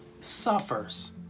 suffers